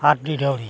ᱟᱨ ᱰᱤᱰᱷᱟᱹᱣᱲᱤ